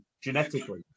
genetically